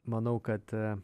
manau kad